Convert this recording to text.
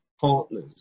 partners